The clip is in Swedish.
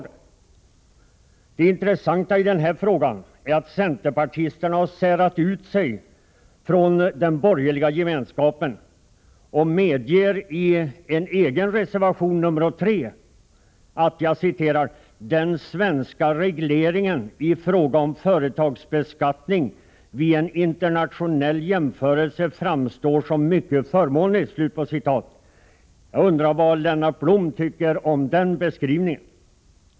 Det intressanta i denna fråga är att centerpartisterna har särat ut sig från den borgerliga gemenskapen och i en egen reservation — nr 3 — medger att ”den svenska regleringen i fråga om företagsbeskattning vid en internationell jämförelse framstår som mycket förmånlig”. Vad tycker Lennart Blom om den beskrivningen?